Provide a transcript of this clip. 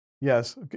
Yes